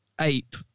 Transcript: ape